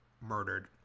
murdered